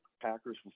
Packers